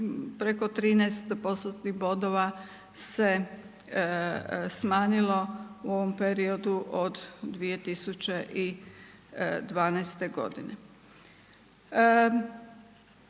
preko 13 postotnih bodova se smanjilo u ovom periodu od 2012. godine.